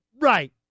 Right